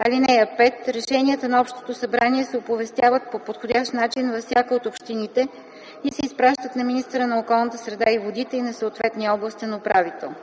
(5) Решенията на общото събрание се оповестяват по подходящ начин във всяка от общините и се изпращат на министъра на околната среда и водите и на съответния областен управител.